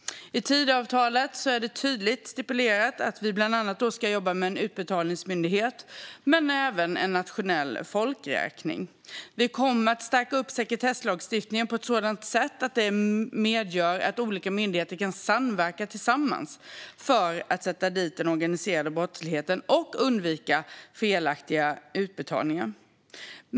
I Tidöavtalet är det tydligt stipulerat att vi bland annat ska jobba med en utbetalningsmyndighet men även med en nationell folkräkning. Vi kommer att stärka sekretesslagstiftningen på ett sådant sätt att det medger att olika myndigheter kan samverka för att sätta dit den organiserade brottsligheten och undvika felaktiga utbetalningar.